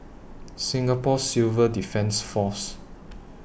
Singapore Civil Defence Force